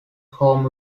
home